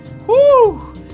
Woo